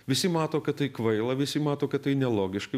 visi mato kad tai kvaila visi mato kad tai nelogiška